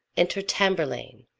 enter tamburlaine,